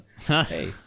hey